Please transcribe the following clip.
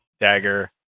dagger